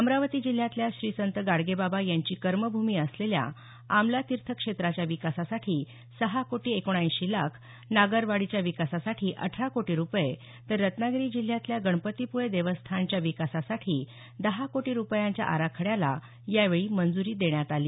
अमरावती जिल्ह्यातल्या श्री संत गाडगेबाबा यांची कर्मभूमी असलेल्या आमला तीर्थक्षेत्राच्या विकासासाठी सहा कोटी एकोणऐंशी लाख नागरवाडीच्या विकासासाठी अठरा कोटी रुपये तर रत्नागिरी जिल्ह्यातल्या गणपतीपुळे देवस्थानाच्या विकासासाठी दहा कोटी रुपयांच्या आराखड्याला यावेळी मंजुरी देण्यात आली